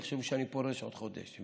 יחשבו שאני פורש עוד חודש,